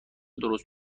درست